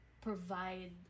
provide